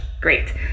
Great